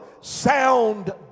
sound